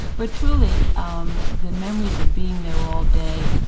but truly um the memories of being there all day,